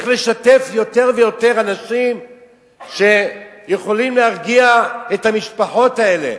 איך לשתף יותר ויותר אנשים שיכולים להרגיע את המשפחות האלה.